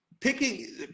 Picking